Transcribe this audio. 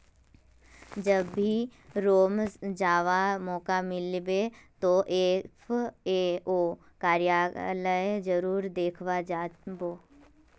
जब भी रोम जावा मौका मिलबे तो एफ ए ओ कार्यालय जरूर देखवा जा बो